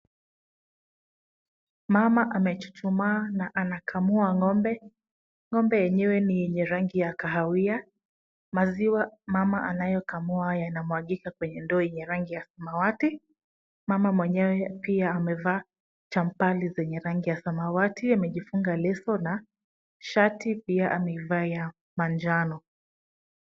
Mama amechuchumaa na anakamua ng'ombe. Ng'ombe yenyewe ni ya rangi ya kahawia. Maziwa mama anayekamua yanamwagika kwenye ndoo yenye rangi ya samawati. Mama mwenyewe amevaa chambali zenye rangi ya samawati. Amejifunga leso na shati pia ameivaa ya manjano.